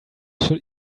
should